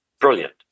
brilliant